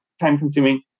time-consuming